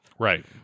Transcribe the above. Right